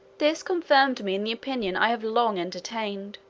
this confirmed me in the opinion i have long entertained,